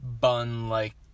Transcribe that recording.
bun-like